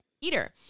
eater